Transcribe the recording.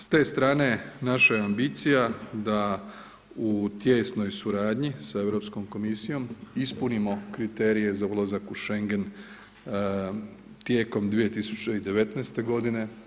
S te strane naša je ambicija da u tijesnoj suradnji sa Europskom komisijom ispunimo kriterije za ulazak u Schengen tijekom 2019. godine.